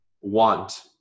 want